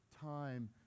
time